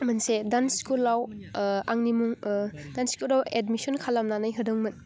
मोनसे डान्स स्कुलाव आंनि मुं डान्स स्कुलाव एडमिसन खालामनानै होदोंमोन